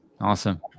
Awesome